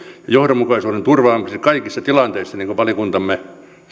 johdonmukaisuuden turvaamiseksi kaikissa tilanteissa niin kuin valiokuntamme